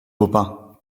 baupin